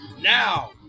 now